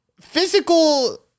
physical